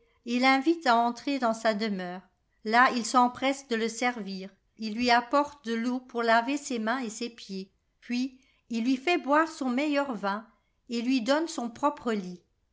et l'invite à entrer dans sa demeure là il s'empresse de le servir il lui apporte de l'eau pour laver ses mains et ses pieds puis il lui fait boire son meilleur vin et lui donne son propre lit